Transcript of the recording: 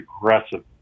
aggressive